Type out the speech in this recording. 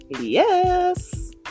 Yes